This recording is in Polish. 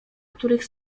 których